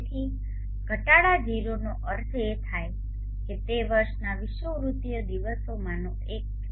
તેથી ઘટાડા 0 નો અર્થ એ થાય કે તે વર્ષના વિષુવવૃત્તીય દિવસોમાંનો એક છે